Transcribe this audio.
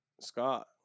Scott